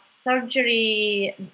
surgery